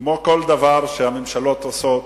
כמו כל דבר שהממשלות עושות,